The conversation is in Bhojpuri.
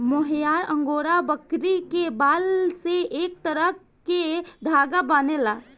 मोहयार अंगोरा बकरी के बाल से एक तरह के धागा बनेला